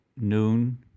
noon